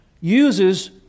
uses